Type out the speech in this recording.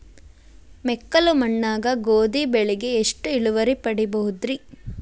ಮೆಕ್ಕಲು ಮಣ್ಣಾಗ ಗೋಧಿ ಬೆಳಿಗೆ ಎಷ್ಟ ಇಳುವರಿ ಪಡಿಬಹುದ್ರಿ?